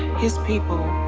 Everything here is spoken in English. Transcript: his people,